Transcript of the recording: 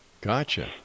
Gotcha